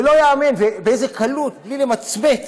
זה לא ייאמן באיזה קלות, בלי למצמץ,